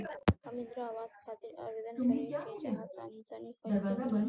हम इंद्रा आवास खातिर आवेदन करे क चाहऽ तनि कइसे होई?